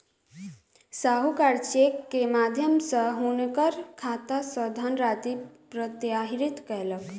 साहूकार चेक के माध्यम सॅ हुनकर खाता सॅ धनराशि प्रत्याहृत कयलक